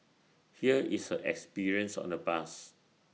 here is her experience on the bus